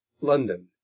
London